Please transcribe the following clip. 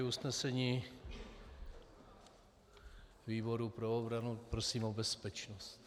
Usnesení výboru pro obranu prosím o bezpečnost.